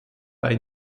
bei